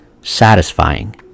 satisfying